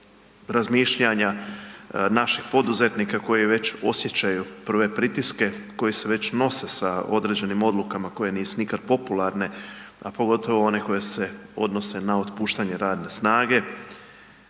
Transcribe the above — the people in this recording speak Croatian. razmišljanja naših poduzetnika koji već osjećaju prve pritiske, koji se već nose sa određenim odlukama koje nisu nikad popularne, a pogotovo one koje se odnose na otpuštanje radne snage